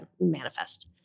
manifest